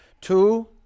Two